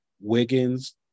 Wiggins